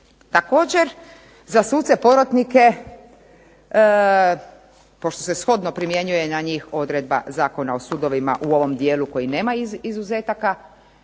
Također za suce porotnike, pošto se shodno primjenjuje na njih odredba Zakona o sudovima u ovom dijelu koji nema izuzetaka,